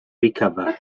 recover